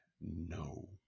no